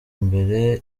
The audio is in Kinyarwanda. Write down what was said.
mbere